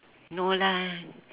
no lah